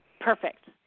Perfect